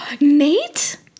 nate